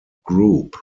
group